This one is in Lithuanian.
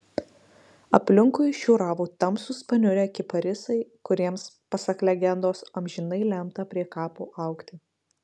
aplinkui šiūravo tamsūs paniurę kiparisai kuriems pasak legendos amžinai lemta prie kapo augti